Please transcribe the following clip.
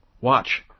Watch